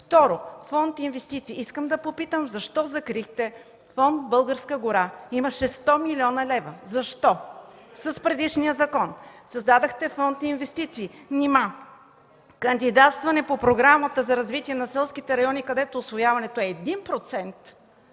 Второ: Фонд „Инвестиции”. Искам да попитам защо закрихте Фонд „Българска гора”? Имаше 100 млн. лв. Защо с предишния закон създадохте Фонд „Инвестиции”? Нима кандидатстване по програмата за развитие на селските райони, където усвояването е 1%